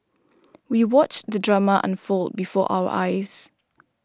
we watched the drama unfold before our eyes